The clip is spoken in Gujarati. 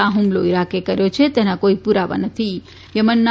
આ હુમલો ઈરાકે કર્યો છે તેના કોઈ પુરાવા નથીયમનના